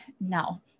No